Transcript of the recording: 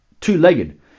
two-legged